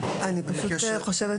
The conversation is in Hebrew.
אני פשוט חושב,